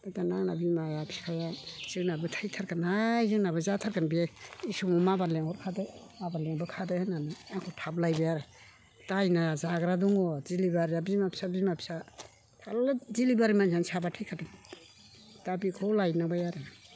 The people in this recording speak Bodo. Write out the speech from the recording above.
ओमफ्राय दानिया आंना बिमाया बिफाया जोंनाबो थैथारगोनहाय जोंनाबो जाथारगोन बियो इसमाव माबार लेंहरखादो माबार लेंबोखादो होननानै आंखौ थाब लायबाय आरो दायना जाग्रा दङ दिलिभारिया बिमा फिसा बिमा फिसा थाल्ला दिलिभारि मानसियानो साबा थैखादों दा बेखौ लायनांबाय आरो